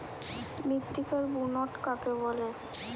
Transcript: মৃত্তিকার বুনট কাকে বলে?